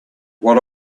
what